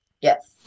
Yes